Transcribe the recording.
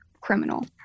criminal